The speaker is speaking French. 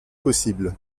possible